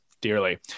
dearly